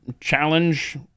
challenge